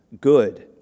good